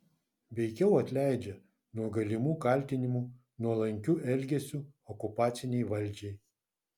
veikiau atleidžia nuo galimų kaltinimų nuolankiu elgesiu okupacinei valdžiai